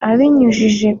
abinyujije